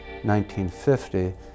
1950